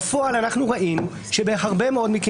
בפועל אנחנו ראינו שבהרבה מאוד מקרים,